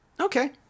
Okay